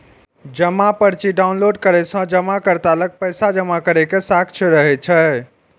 जमा पर्ची डॉउनलोड करै सं जमाकर्ता लग पैसा जमा करै के साक्ष्य रहै छै